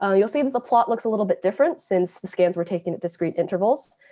ah you'll see that the plot looks a little bit different, since the scans were taken at discrete intervals.